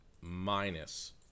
minus